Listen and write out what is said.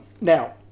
Now